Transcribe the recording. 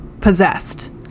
possessed